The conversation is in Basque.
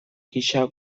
gisa